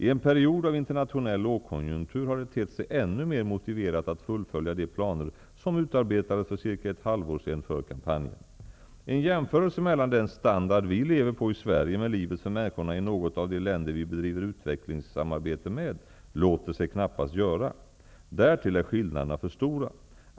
I en period av internationell lågkonjunktur har det tett sig ännu mer motiverat att fullfölja de planer som utarbetades för cirka ett halvår sedan för kampanjen. En jämförelse mellan den standard vi lever på i Sverige med livet för människorna i något av de länder vi bedriver utvecklingssamarbete med, låter sig knappast göra. Därtill är skillnaderna för stora.